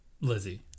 Lizzie